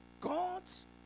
God's